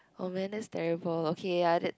oh man that's terrible okay ya that's